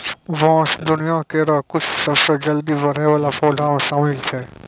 बांस दुनिया केरो कुछ सबसें जल्दी बढ़ै वाला पौधा म शामिल छै